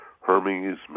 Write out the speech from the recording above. Hermes